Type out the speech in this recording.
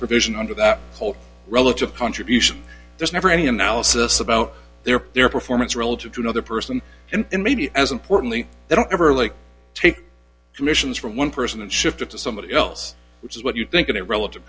provision under that whole relative contribution there's never any analysis about their performance relative to another person and maybe as importantly they don't overly take commissions from one person and shift it to somebody else which is what you think of it relative